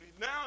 now